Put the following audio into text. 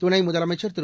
துணை முதலமைச்சர் திரு